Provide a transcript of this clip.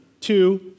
two